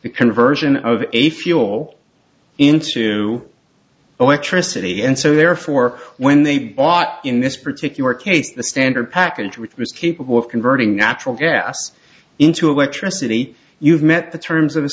the conversion of a fuel into electricity and so therefore when they brought in this particular case the standard package which was capable of converting natural gas into electricity you've met the terms of